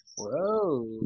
Whoa